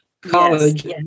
college